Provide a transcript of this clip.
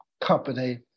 company